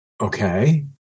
Okay